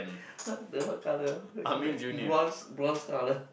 !huh! the what colour ah what you called that bronze bronze colour